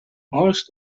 barst